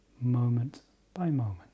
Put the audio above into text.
moment-by-moment